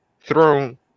throne